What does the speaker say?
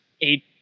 eight